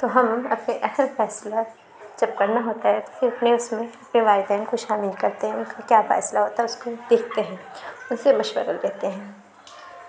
تو ہم اپنے اہم فیصلہ جب کرنا ہوتا ہے تو پھر اپنے اُس میں روائتیں کو شامل کرتے ہیں اور اُن کا کیا فیصلہ ہوتا ہے اُس کو دیکھتے ہیں اُن سے مشورہ لیتے ہیں